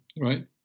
right